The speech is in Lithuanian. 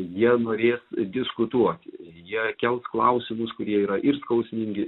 jie norės diskutuoti jie kels klausimus kurie yra ir skausmingi